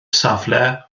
safle